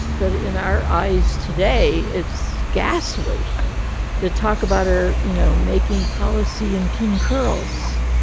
but in our eyes today, it's ghastly to talk about her, you know, making policy in pin curls.